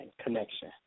connection